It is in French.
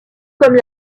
comme